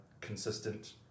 consistent